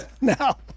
now